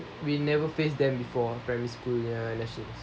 we never face them before primary school ya nationals